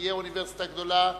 שתהיה אוניברסיטה גדולה בשדרות,